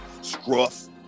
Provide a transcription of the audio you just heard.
Scruff